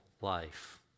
life